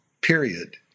period